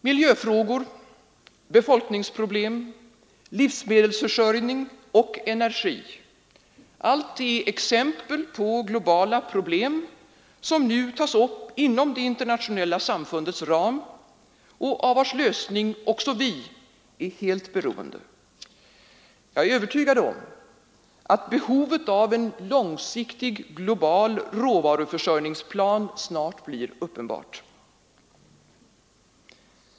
Miljöfrågor, befolkningsproblem, livsmedelsförsörjning och energi är exempel på globala problem som nu tas upp inom det internationella samfundets ram och av vilkas lösning också vi är helt beroende. Jag är övertygad om att behovet av en långsiktig global råvaruförsörjningsplan snart blir uppenbart.